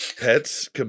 Pets